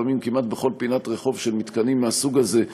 לפעמים כמעט בכל פינת רחוב יש מתקנים מהסוג הזה,